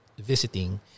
visiting